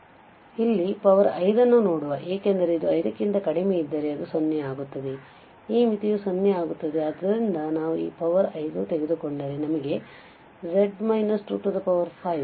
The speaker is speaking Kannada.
So till that time we go ಇಲ್ಲಿ ಪವರ್ 5 ನ್ನು ನೋಡುವ ಏಕೆಂದರೆ ಇದು 5 ಕ್ಕಿಂತ ಕಡಿಮೆ ಇದ್ದರೆ ಅದು 0 ಆಗುತ್ತದೆ ಈ ಮಿತಿಯು 0 ಆಗುತ್ತದೆ ಆದ್ದರಿಂದ ನಾವು ಈ ಪವರ್ 5 ತೆಗೆದುಕೊಂಡರೆ ನಮಗೆ z 25fz1z3z 2312